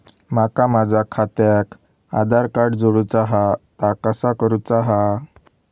माका माझा खात्याक आधार कार्ड जोडूचा हा ता कसा करुचा हा?